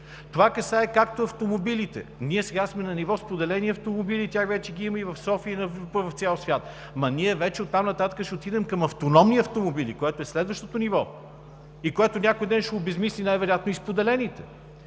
Това касае автомобилите и ние сега сме на ниво споделени автомобили, тях вече ги има в София и в цял свят. Оттам нататък вече ние ще отидем към автономни автомобили, което е следващото ниво и което някой ден ще обезсмисли най вероятно споделените,